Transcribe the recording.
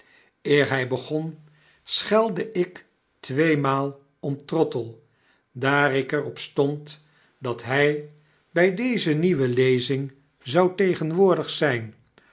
hy begon schelde ik tweemaal omtrottle daar ik er op stond dat hy by deze nieuwe lezing zou tegenwoordig zyn